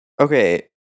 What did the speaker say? Okay